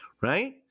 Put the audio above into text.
Right